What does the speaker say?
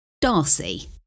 Darcy